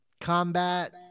Combat